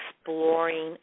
exploring